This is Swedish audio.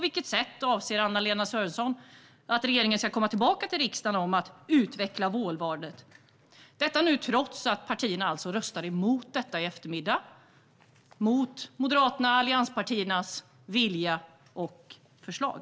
Hur avser Anna-Lena Sörenson och regeringen att komma tillbaka till riksdagen för att utveckla vårdvalet? Regeringspartierna röstar i eftermiddag mot förslaget i betänkandet och mot Moderaternas och allianspartiernas vilja och förslag.